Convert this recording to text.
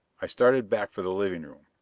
i started back for the living room.